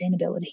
sustainability